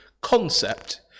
concept